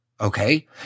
okay